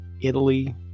Italy